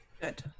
Good